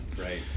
right